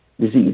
disease